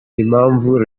impavu